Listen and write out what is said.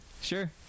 sure